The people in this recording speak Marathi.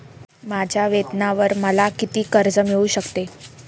माझ्या वेतनावर मला किती कर्ज मिळू शकते?